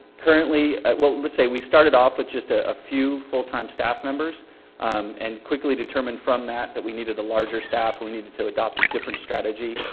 currently at what, let's say we started off with just a, a few full time staff members and quickly determined from that, that we needed a larger staff. we needed to adopt a different strategy.